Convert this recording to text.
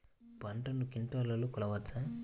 పంటను క్వింటాల్లలో కొలవచ్చా?